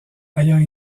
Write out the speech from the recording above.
ayant